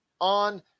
on